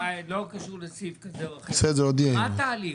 לא קשור לסעיף כזה או אחר, מה תהליך?